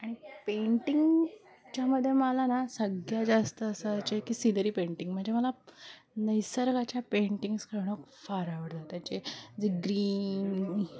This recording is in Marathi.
आणि पेंटिंगच्या मध्ये मला ना सगळ्यात जास्त असं जे की सिदरी पेंटिंग म्हणजे मला नैसर्गाच्या पेंटिंग्स करणं फार आवडतात त्याचे जे ग्रीन